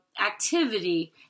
activity